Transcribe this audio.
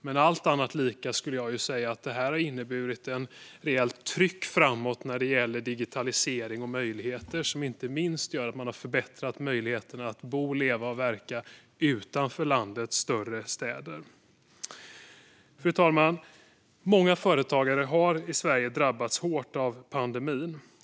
Men allt annat lika skulle jag säga att det här har inneburit ett rejält tryck framåt när det gäller digitalisering och inte minst förbättrade möjligheter att bo, leva och verka utanför landets större städer. Fru talman! Många företagare i Sverige har drabbats hårt av pandemin.